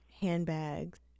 handbags